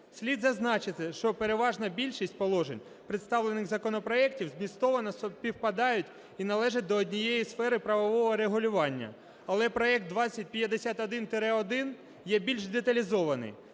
Слід зазначити, що переважна більшість положень, представлених в законопроекті, змістовно співпадають і належать до однієї сфери правового регулювання. Але проект 2051-1 є більш деталізований.